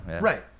Right